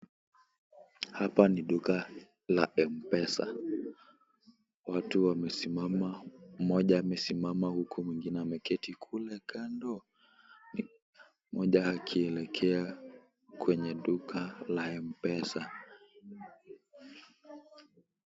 Hapa ni duka la MPESA. Watu wamesimama, mmoja amesimama huko mwingine ameketi kule kando. Moja akilikea kwenye duka la MPESA.